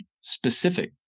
specific